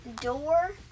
Door